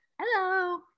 Hello